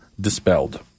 Dispelled